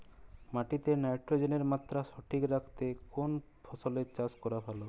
মাটিতে নাইট্রোজেনের মাত্রা সঠিক রাখতে কোন ফসলের চাষ করা ভালো?